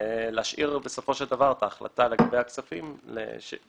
אתם הולכים ומסבכים את ההצעה יותר ויותר.